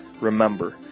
Remember